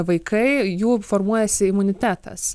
vaikai jų formuojasi imunitetas